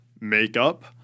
makeup